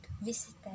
visited